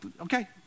Okay